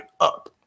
up